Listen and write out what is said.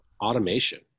automation